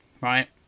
right